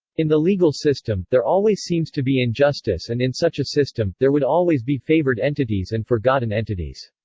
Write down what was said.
in the legal system, there always seems to be injustice and in such a system, there would always be favored entities and forgotten entities.